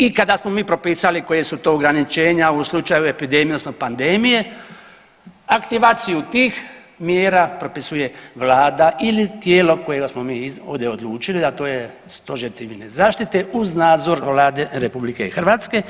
I kada smo mi propisali koja su to ograničenja u slučaju epidemije, odnosno pandemije aktivaciju tih mjera propisuje Vlada ili tijelo kojega smo mi ovdje odlučili, a to je Stožer Civilne zaštite uz nadzor Vlade Republike Hrvatske.